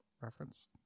reference